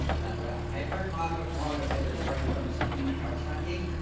that realm. i've heard marco marco said that the breadcrumb schema helps ranking.